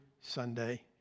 Sunday